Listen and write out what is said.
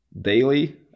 daily